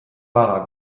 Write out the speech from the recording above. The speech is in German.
wahrer